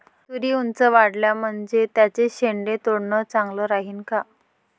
तुरी ऊंच वाढल्या म्हनजे त्याचे शेंडे तोडनं चांगलं राहीन का?